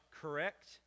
correct